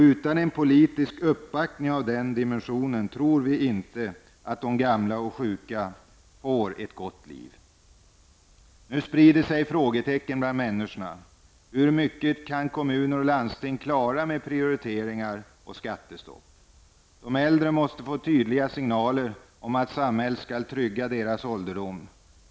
Utan en politisk uppbackning av den dimensionen tror vi inte att de gamla och sjuka får ett gott liv. Nu sprider sig frågetecken mellan människorna. Hur mycket kan kommuner och landsting klara med prioriteringar och skattestopp? De äldre måste få tydliga signaler om att samhället skall trygga deras ålderdom.